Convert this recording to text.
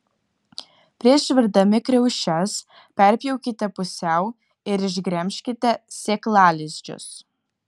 prieš virdami kriaušes perpjaukite pusiau ir išgremžkite sėklalizdžius